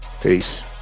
peace